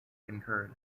concurred